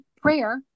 prayer